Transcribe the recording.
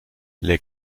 les